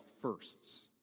firsts